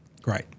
Great